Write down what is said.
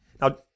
Now